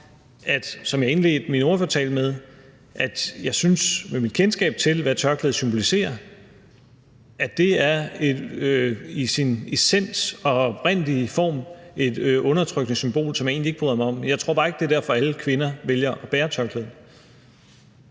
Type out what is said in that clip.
som jeg indledte min ordførertale med, at jeg – med mit kendskab til, hvad tørklædet symboliserer – synes, at det i sin essens og oprindelige form er et undertrykkende symbol, som jeg egentlig ikke bryder mig om. Jeg tror bare ikke, det er derfor, at alle kvinder vælger at bære tørklæde.